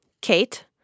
Kate